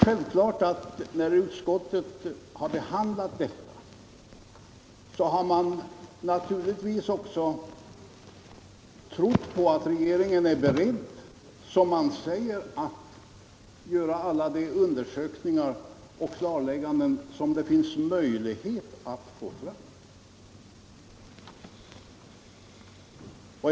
När vi i utskottet har behandlat denna fråga har vi naturligtvis också trott på att regeringen, som den säger, är beredd att göra alla de undersökningar och klarlägganden som det finns möjlighet att göra.